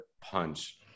punch